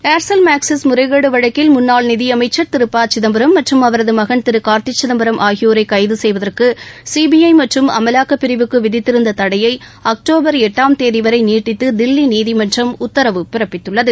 ள்செல் Maxis முறைகேடு வழக்கில் முன்னாள் நிதி அமைச்சள் திரு ப சிதம்பரம் மற்றும் அவரது மகன் திரு கார்த்தி சிதம்பரம் ஆகியோரை கைது செய்வதற்கு சிபிஐ மற்றம் அமலாக்கப் பிரிவுக்கு விதித்திருந்த தடையை அக்டோபர் எட்டாம் தேதி வரை நீட்டித்து தில்லி நீதிமன்றம் உத்தரவு பிறப்பித்துள்ளது